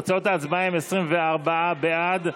תוצאות ההצבעה הן 24 בעד,